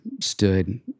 stood